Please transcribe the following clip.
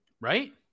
Right